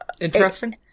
Interesting